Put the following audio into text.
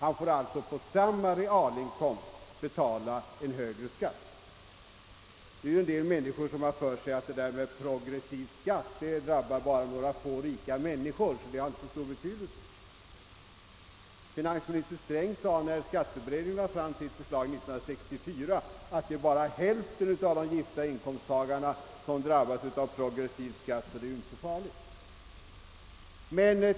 En del människor har för sig att den progressiva skatten bara drabbar några få rika och att den därför inte har så stor betydelse. När skatteberedningen lade fram sitt förslag år 1964 sade finansminister Sträng att bara hälften av de gifta inkomsttagarna drabbades av progressiv skatt, varför det inte var så farligt med den saken.